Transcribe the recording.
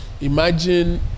imagine